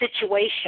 situation